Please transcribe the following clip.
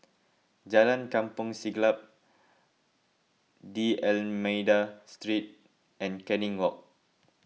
Jalan Kampong Siglap D'Almeida Street and Canning Walk